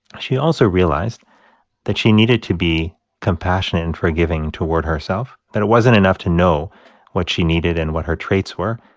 she also realized that she needed to be compassionate and forgiving toward herself, that it wasn't enough to know what she needed and what her traits were,